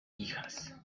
hijas